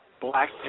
black